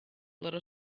little